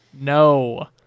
No